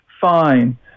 fine